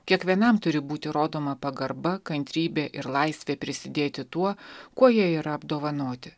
kiekvienam turi būti rodoma pagarba kantrybė ir laisvė prisidėti tuo kuo jie yra apdovanoti